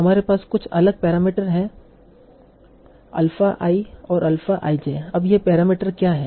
हमारे पास कुछ अलग पैरामीटर हैं अल्फा i और अल्फा i j अब ये पैरामीटर क्या हैं